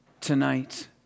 Tonight